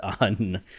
on